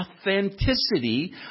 authenticity